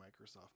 Microsoft